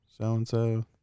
so-and-so